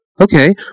Okay